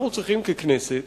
אנחנו צריכים ככנסת